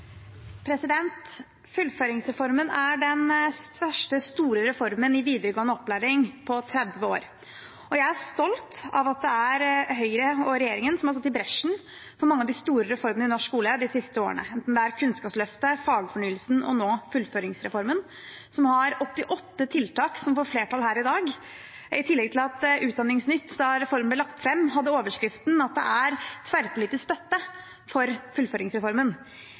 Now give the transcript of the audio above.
stolt over at det er Høyre og regjeringen som har gått i bresjen for mange av de store reformene i norsk skole de siste årene, enten det er Kunnskapsløftet, fagfornyelsen eller nå fullføringsreformen, som har 88 tiltak som får flertall her i dag – i tillegg til at Utdanningsnytt, da reformen ble lagt fram, hadde en overskrift om at det er tverrpolitisk støtte for fullføringsreformen.